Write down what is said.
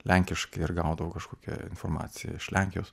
lenkiškai ir gaudavo kažkokią informaciją iš lenkijos